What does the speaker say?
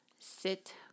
sit